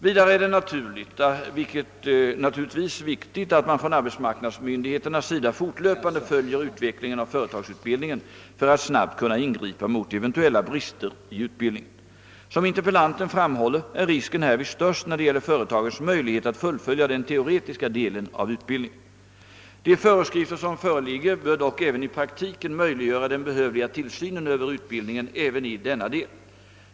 Vidare är det naturligtvis viktigt att man från arbetsmarknadsmyndigheternas sida fortlöpande följer utvecklingen av företagsutbildningen för att snabbt kunna ingripa mot eventuella brister i utbildningen. Som interpellanten framhåller är risken härvid störst när det gäller företagens möjlighet att fullfölja den teoretiska delen av utbildningen. De föreskrifter som föreligger bör dock även i praktiken möjliggöra den behövliga tillsynen över utbildningen även i denna del.